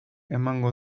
emango